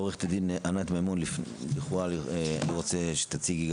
עורכת הדין ענת מימון, אני רוצה שתציגי.